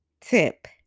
tip